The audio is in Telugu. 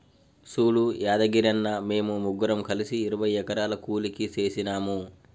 సూడు యాదగిరన్న, మేము ముగ్గురం కలిసి ఇరవై ఎకరాలు కూలికి సేసినాము